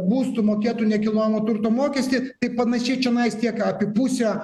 būstų mokėtų nekilnojamo turto mokestį tai panašiai čenais tiek apie pusę